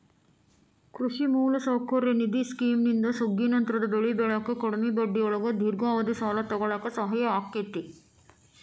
ಕೃಷಿ ಮೂಲಸೌಕರ್ಯ ನಿಧಿ ಸ್ಕಿಮ್ನಿಂದ ಸುಗ್ಗಿನಂತರದ ಬೆಳಿ ಬೆಳ್ಯಾಕ ಕಡಿಮಿ ಬಡ್ಡಿಯೊಳಗ ದೇರ್ಘಾವಧಿ ಸಾಲ ತೊಗೋಳಾಕ ಸಹಾಯ ಆಕ್ಕೆತಿ